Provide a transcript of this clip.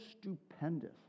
stupendous